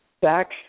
back